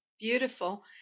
Beautiful